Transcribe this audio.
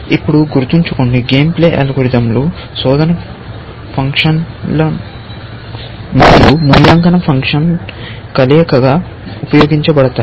ఇప్పుడు గుర్తుంచుకోండి game play అల్గోరిథంలు శోధన ఫంక్షన్ మరియు మూల్యాంకన ఫంక్షన్ కలయికగా ఉపయోగించబడతాయి